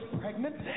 pregnant